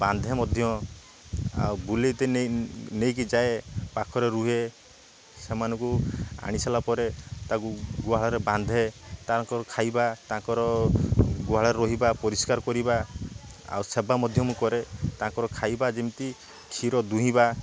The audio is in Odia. ବାନ୍ଧେ ମଧ୍ୟ ଆଉ ବୁଲେଇତେ ନେଇ ନେଇକି ଯାଏ ପାଖରେ ରୁହେ ସେମାନଙ୍କୁ ଆଣି ସାରିଲା ପରେ ତାକୁ ଗୁହାଳରେ ବାନ୍ଧେ ତାଙ୍କ ଖାଇବା ତାଙ୍କର ଗୁହାଳରେ ରହିବା ପରିଷ୍କାର କରିବା ଆଉ ସେବା ମଧ୍ୟ ମୁଁ କରେ ତାଙ୍କର ଖାଇବା ଯେମିତି କ୍ଷୀର ଦୁହିଁବା